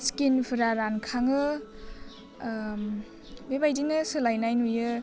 स्किनफोरा रानखाङो बेबायदिनो सोलायनाय नुयो